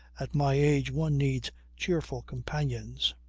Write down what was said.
at my age one needs cheerful companions.